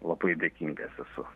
labai dėkingas esu